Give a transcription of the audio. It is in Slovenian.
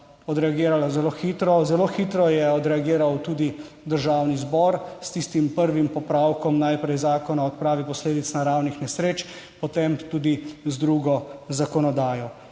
odreagirala zelo hitro, zelo hitro je odreagiral tudi Državni zbor s tistim prvim popravkom najprej Zakona o odpravi posledic naravnih nesreč, potem tudi z drugo zakonodajo